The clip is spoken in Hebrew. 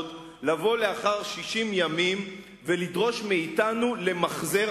לבוא לאחר 60 ימים ולדרוש מאתנו למחזר?